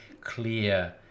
clear